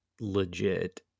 legit